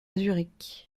zurich